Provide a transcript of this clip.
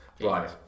Right